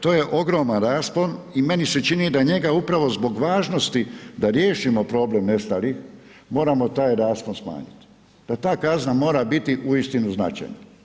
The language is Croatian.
To je ogroman raspon i meni se čini da njega upravo zbog važnosti da riješimo problem nestalih, moramo taj raspon smanjiti, da ta kazna mora biti uistinu značajna.